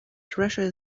treasure